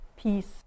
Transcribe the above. Peace